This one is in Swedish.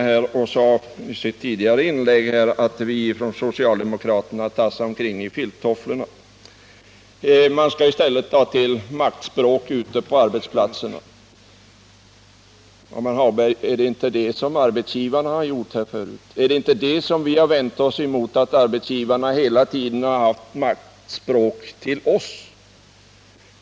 Han sadei sitt tidigare inlägg att vi från socialdemokraterna tassar i filttofflor. Man skall i stället ta till maktspråk ute på arbetsplatserna. Men, Lars-Ove Hagberg, är det inte så som arbetsgivarna har gjort? Har inte vi vänt oss mot att arbetsgivarna hela tiden fört ett maktspråk mot oss?